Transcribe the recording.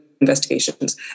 investigations